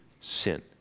sin